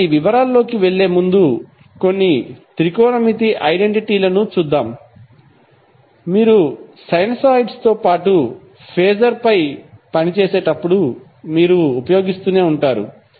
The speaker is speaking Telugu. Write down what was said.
కాబట్టి వివరాల్లోకి వెళ్ళే ముందు కొన్ని త్రికోణమితి ఐడెంటిటీ లను చూద్దాం మీరు సైనోసాయిడ్స్తో పాటు ఫేజర్ పై పనిచేసేటప్పుడు మీరు ఉపయోగిస్తూనే ఉంటారు